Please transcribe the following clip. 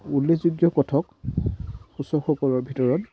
উল্লেযোগ্য কথক সুচকসকলৰ ভিতৰত